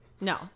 No